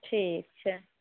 ठीक छै